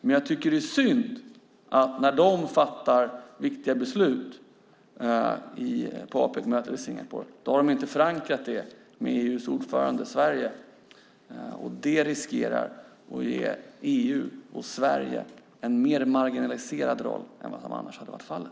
Men jag tycker att det är synd att de när de fattar viktiga beslut på Apecmötet i Singapore inte har förankrat dem hos EU:s ordförande Sverige. Det riskerar att ge EU och Sverige en mer marginaliserad roll än vad som annars hade varit fallet.